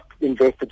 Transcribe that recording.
invested